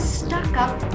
stuck-up